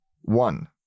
one